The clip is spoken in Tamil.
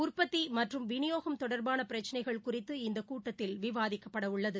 உற்பத்தி மற்றம் விநியோகம் தொடர்பான பிரச்சினைகள் குறித்து இந்த கூட்டத்தில் விவாதிக்கப்படவுள்ளது